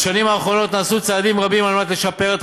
בשנים האחרונות נעשו צעדים רבים על מנת לשפר את